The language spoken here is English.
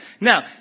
Now